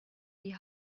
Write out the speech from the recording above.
die